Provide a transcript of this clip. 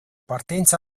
partenza